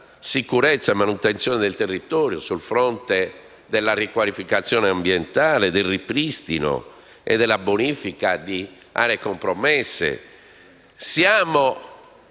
sicurezza e manutenzione del territorio e su quello della riqualificazione ambientale, del ripristino e della bonifica di aree compromesse.